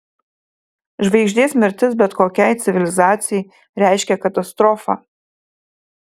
žvaigždės mirtis bet kokiai civilizacijai reiškia katastrofą